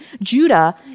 Judah